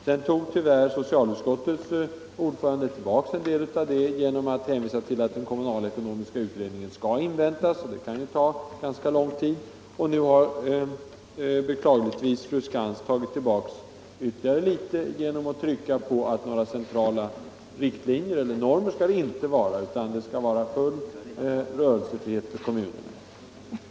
Sedan tog tyvärr socialutskottets ordförande tillbaka en del av detta genom att hänvisa till att resultaten av den kommunalekonomiska utredningen skall inväntas, och det kan ju ta ganska lång tid. Sedan har beklagligtvis fru Skantz tagit tillbaka ytterligare litet genom att trycka på att det inte skall vara några centrala normer eller riktlinjer utan att kommunerna skall ha full rörelsefrihet.